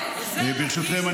-- ברשותכם,